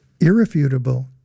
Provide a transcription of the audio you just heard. irrefutable